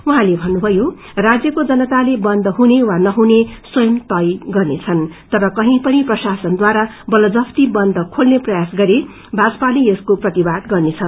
उहाँले भन्नुभ्वयो राजयको जनताले बन्द हुने वा नहुने स्वंयम तय गर्नेछन् तर कही पनि प्रशाससनद्वारा बलजफ्ती बन्द खोल्ने प्रयास गरे भाजपाले यसको प्रतिवाद गर्नेछ